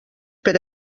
per